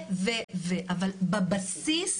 אבל בבסיס,